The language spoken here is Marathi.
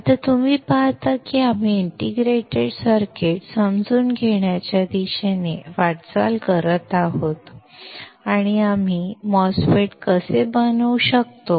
आता तुम्ही पाहता की आम्ही इंटिग्रेटेड सर्किट्स समजून घेण्याच्या दिशेने वाटचाल करत आहोत आणि आम्ही MOSFET कसे बनवू शकतो